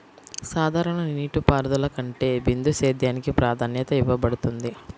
సాధారణ నీటిపారుదల కంటే బిందు సేద్యానికి ప్రాధాన్యత ఇవ్వబడుతుంది